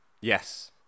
Yes